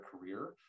career